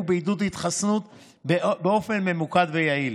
בעידוד התחסנות באופן ממוקד ויעיל,